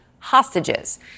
Hostages